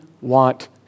want